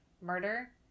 murder